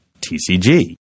TCG